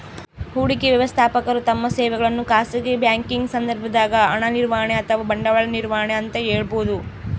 ಹೂಡಿಕೆ ವ್ಯವಸ್ಥಾಪಕರು ತಮ್ಮ ಸೇವೆಗಳನ್ನು ಖಾಸಗಿ ಬ್ಯಾಂಕಿಂಗ್ ಸಂದರ್ಭದಾಗ ಹಣ ನಿರ್ವಹಣೆ ಅಥವಾ ಬಂಡವಾಳ ನಿರ್ವಹಣೆ ಅಂತ ಹೇಳಬೋದು